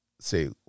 say